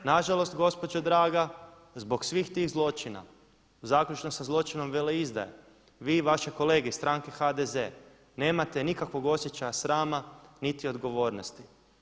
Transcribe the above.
Nažalost gospođo draga, zbog svih tih zločina zaključnom sa zločinom veleizdaje vi i vaše kolege iz stranke HDZ nemate nikakvog osjećaja srama niti odgovornosti.